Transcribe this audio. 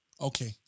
Okay